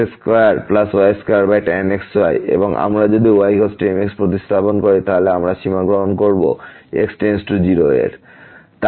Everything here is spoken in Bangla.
এবং যদি আমরা এই ymx প্রতিস্থাপিত করি তাহলে আমরা সীমা গ্রহণ করব x → 0 এর